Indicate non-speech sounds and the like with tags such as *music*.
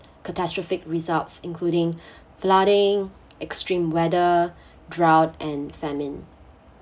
catastrophic results including *breath* flooding extreme weather *breath* drought and famine